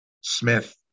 smith